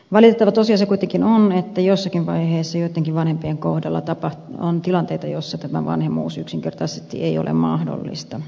valitettava tosiasia kuitenkin on että jossakin vaiheessa joittenkin vanhempien kohdalla on tilanteita joissa tämä vanhemmuus yksinkertaisesti ei ole mahdollista